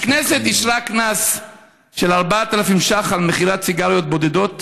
הכנסת אישרה קנס של 4,000 ש"ח על מכירת סיגריות בודדות